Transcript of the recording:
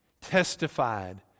testified